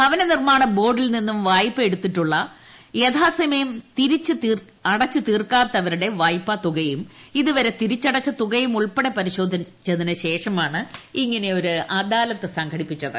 ഭവന നിർമാണ ബോർഡിൽ നിന്നും വായ്പ എടുത്തിട്ടുള്ള യഥാസമയം അടച്ചു തീർക്കാത്തവരുടെ വായ്പാ തുകയും ഇതുവരെ തിരിച്ചടച്ച തുകയുമുൾപ്പെടെ പരിശോധിച്ചതിനു ശേഷമാണ് ഇങ്ങനൊരു അദാലത്ത് സംഘടിപ്പിക്കുന്നത്